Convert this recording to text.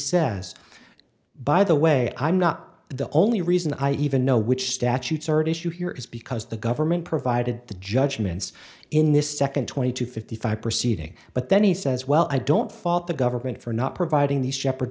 says by the way i'm not the only reason i even know which statute certain issue here is because the government provided the judgments in this second twenty two fifty five proceeding but then he says well i don't fault the government for not providing these shepherd